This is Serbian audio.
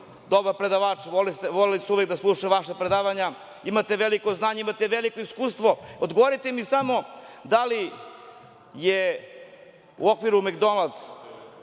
dobar predavač, voleli su da slušaju vaša predavanja, imate veliko znanje, imate veliko iskustvo. Odgovorite mi samo da li je u okviru McDonald`s